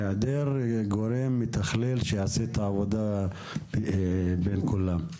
היעדר גורם מתכלל שיעשה את העבודה בין כולם.